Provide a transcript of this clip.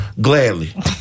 gladly